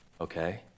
okay